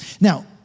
Now